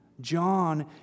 john